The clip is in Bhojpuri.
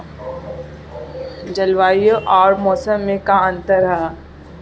जलवायु अउर मौसम में का अंतर ह?